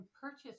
purchase